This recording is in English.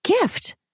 gift